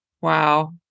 Wow